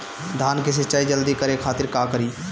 धान के सिंचाई जल्दी करे खातिर का करी?